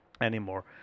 anymore